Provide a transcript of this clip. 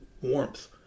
warmth